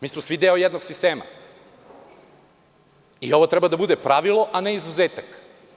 Mi smo svi deo jednog sistema i ovo treba da bude pravilo, a ne izuzetak.